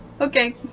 Okay